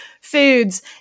Foods